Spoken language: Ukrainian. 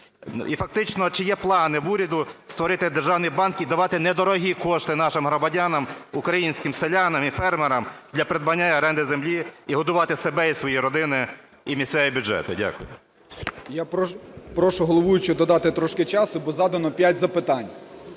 І фактично чи є плани в уряду створити державні банки і давати недорогі кошти нашим громадянам, українським селянам і фермерам для придбання і оренди землі, і годувати себе і свої родини, і місцеві бюджети? Дякую. 10:42:03 ЛЕЩЕНКО Р.М. Я прошу головуючого додати трошки часу, бо задано п'ять запитань.